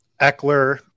Eckler –